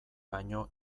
baino